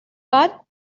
but